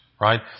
right